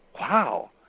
wow